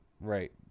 right